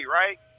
right